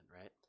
right